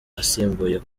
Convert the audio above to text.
asimbuye